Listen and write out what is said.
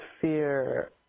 fear